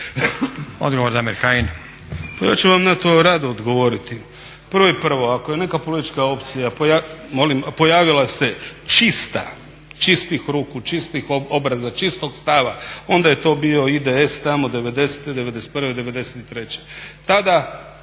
Odgovor Damir Kajin.